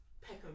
Peckham